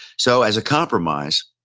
so, as compromise,